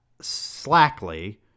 slackly